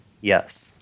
Yes